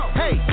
hey